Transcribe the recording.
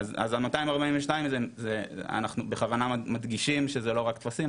אז 242 אנחנו בכוונה מדגישים שזה לא רק טפסים,